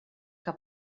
que